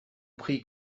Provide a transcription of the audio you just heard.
prix